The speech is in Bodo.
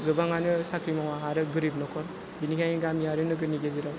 गोबाङानो साख्रि मावा आरो गोरिब न'खर बेनिखायनो गामि आरो नोगोरनि गेजेराव